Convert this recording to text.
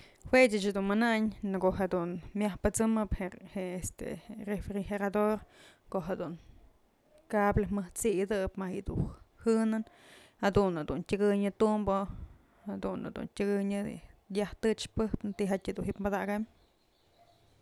Jue ëch dun manayn në ko'o jedun myaj pësëmëm je je'e este refrigerador ko'o jedun cable jat'sidëp ma yëdun jën'nën jadun jedun tyëkënyë tumbë jadun jedun tyëkënyë yaj tëchpep'ë tyjatyë dun ji'ib padakambyë.